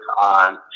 on